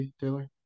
Taylor